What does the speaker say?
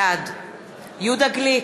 בעד יהודה גליק,